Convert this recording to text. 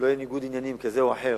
שלא יהיה להם ניגוד עניינים כזה או אחר